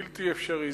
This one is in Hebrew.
בלתי אפשרי.